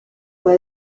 fue